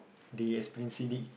the experiencing league